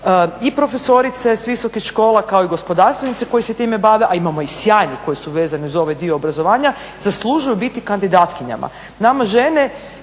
i profesorice s visokih škola kao i gospodarstvenici koji se time bave a imamo ih sjajnih koji su vezani uz ovaj dio obrazovanja zaslužuju biti kandidatkinjama. Nama žene